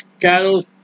cattle